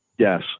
Yes